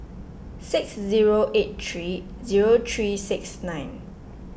six zero eight three zero three six nine